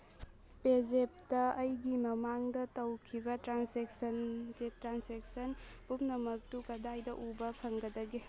ꯄꯦꯖꯦꯞꯇ ꯑꯩꯒꯤ ꯃꯃꯥꯡꯗ ꯇꯧꯈꯤꯕ ꯇ꯭ꯔꯥꯟꯁꯦꯛꯁꯟ ꯄꯨꯝꯅꯃꯛ ꯑꯗꯨ ꯀꯗꯥꯏꯗ ꯎꯕ ꯐꯪꯒꯗꯒꯦ